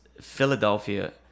Philadelphia